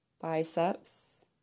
biceps